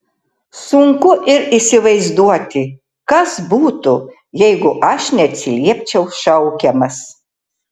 sunku ir įsivaizduoti kas būtų jeigu aš neatsiliepčiau šaukiamas